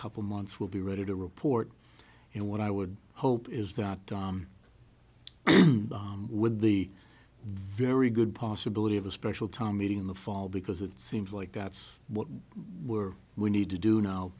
couple months will be ready to report and what i would hope is that would be very good possibility of a special time meeting in the fall because it seems like that's what we're we need to do now